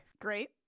Great